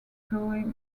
joey